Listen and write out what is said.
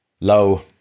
low